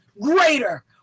greater